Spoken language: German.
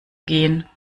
gehen